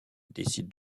décide